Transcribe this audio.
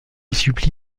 supplie